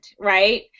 right